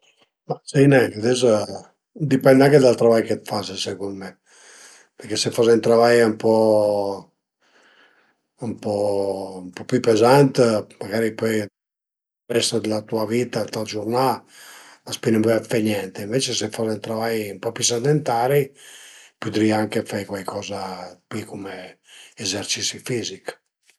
Sai nen, ades, a dipend anche dal travai che faze secund mi perché se faze ën travai ën po ën po ën po pi pezant magari pöi ël rest d'la tua vita, d'la giurnà l'as pi nen vöia d'fe niente, ënvece se faze ün travai ën po pi sedentari pudrìa anche fe cuaicoza d'pi cume ezercisi fizich